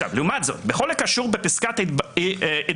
לעומת זאת בכל הקשור בפסקת ההתגברות,